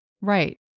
Right